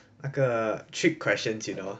那个 trick questions you know